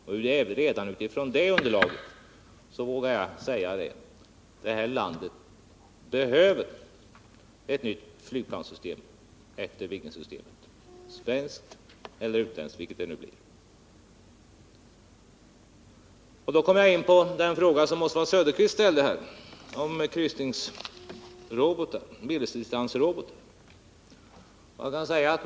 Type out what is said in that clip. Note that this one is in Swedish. Och redan utifrån detta underlag vågar jag säga att detta land, efter Viggensystemet, behöver ett nytt flygplanssystem, svenskt eller utländskt. Jag kommer därmed in på den fråga som Oswald Söderqvist ställde om medeldistansrobotar.